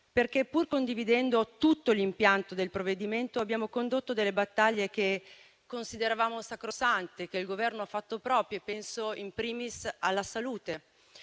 Pur condividendo tutto l'impianto del provvedimento, abbiamo condotto delle battaglie che consideravamo sacrosante e che il Governo ha fatto proprie. Penso *in primis* alla salute.